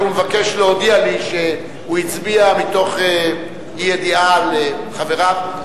הוא מבקש להודיע לי שהוא הצביע מתוך אי-ידיעה על חבריו.